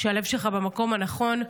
שהלב שלך במקום הנכון.